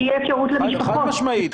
שתהיה אפשרות למשפחות --- חד משמעית.